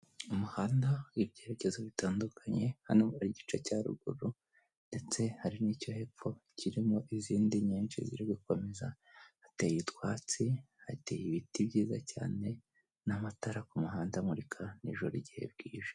Umuhanda wibyeyerekezo bitandukanye, hano hari igice cya ruguru ndetse hari n'icyo hepfo kirimo izindi nyinshi ziri gukomeza, hateye utwatsi, hateye ibiti byiza cyane n'amatara ku muhanda amurika nijoro igihe bwije.